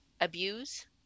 abuse